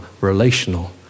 relational